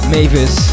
Mavis